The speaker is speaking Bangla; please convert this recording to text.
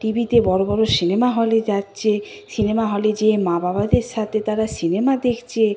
টি ভিতে বড় বড় সিনেমা হলে যাচ্ছে সিনেমা হলে যেয়ে মা বাবাদের সাথে তারা সিনেমা দেখছে